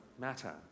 matter